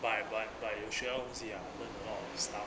buy but buy 有需要东西 ah learn a lot of stuff